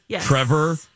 trevor